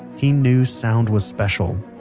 he knew sound was special.